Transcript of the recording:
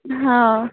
हो